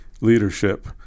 Leadership